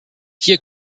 hier